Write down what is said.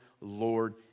Lord